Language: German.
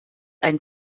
ein